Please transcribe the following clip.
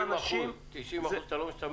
ב-90 אחוזים מהערוצים אתה לא משתמש.